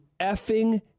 effing